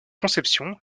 conception